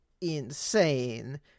insane